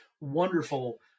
wonderful